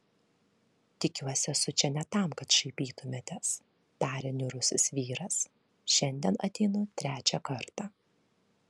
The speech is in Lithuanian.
tikiuosi esu čia ne tam kad šaipytumėtės tarė niūrusis vyras šiandien ateinu trečią kartą